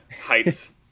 heights